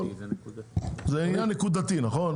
זה עניין נקודתי נכון?